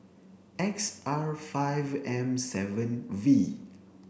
X R five M seven V